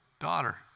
daughter